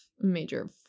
major